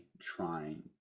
trying